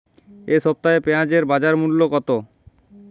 এ সপ্তাহে পেঁয়াজের বাজার মূল্য কত?